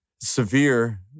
severe